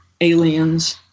aliens